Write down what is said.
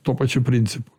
tuo pačiu principu